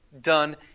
done